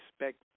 respect